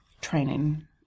training